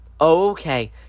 Okay